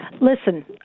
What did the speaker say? Listen